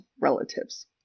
relatives